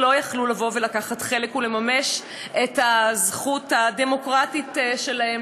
שלא יכלו לבוא ולקחת חלק ולממש את הזכות הדמוקרטית שלהם.